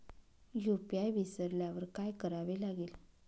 UPI विसरल्यावर काय करावे लागेल?